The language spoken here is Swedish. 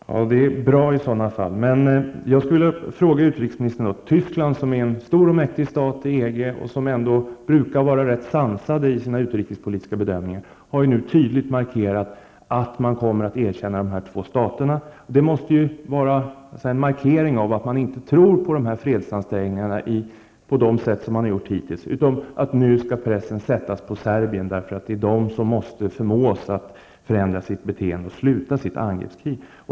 Fru talman! Det är i så fall bra. Jag vill emellertid ställa en annan fråga till utrikesministern med anledning av att Tyskland, som är en stor och mäktig stat i EG och som brukar vara ganska sansat i sina utrikespolitiska bedömningar, nu tydligt har markerat att man kommer att erkänna de två staterna. Det måste ses som en markering om att man inte tror på fredsansträngningarna så som man har gjort tidigare. Nu skall pressen i stället sättas på Serbien, eftersom det är där man måste förmås att ändra sitt beteende och sluta sitt angreppskrig.